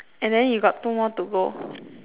and then you got two more to go